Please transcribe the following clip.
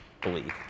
believe